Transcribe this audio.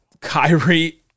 Kyrie